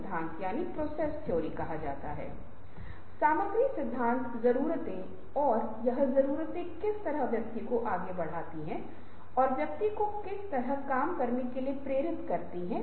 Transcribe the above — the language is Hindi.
यदि उत्पाद लॉन्च किया गया है और उत्पाद बाजार में प्रवेश करता है तो एक मौका है कि नया उत्पाद या नई सेवा बाजार में टिक नहीं सकती है